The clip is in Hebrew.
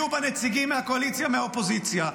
יהיו בה נציגים מהקואליציה ומהאופוזיציה.